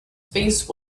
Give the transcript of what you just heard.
face